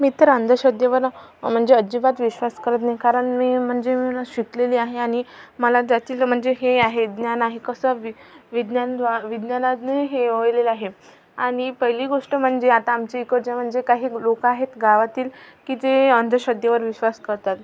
मी तर अंधश्रद्धेवर म्हणजे अजिबात विश्वास करत नाही कारण मी म्हणजे शिकलेली आहे आणि मला त्याची न हे म्हणजे हे आहे ज्ञान आहे कसं वि विज्ञानद्वा विज्ञानानी हे लेलं आहे आणि पहिली गोष्ट म्हणजे आता आमच्या इकडच्या म्हणजे काही लोकं आहेत गावातील की ते अंधश्रद्धेवर विश्वास करतात